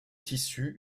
tissu